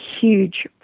huge